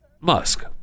Musk